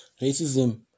racism